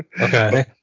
okay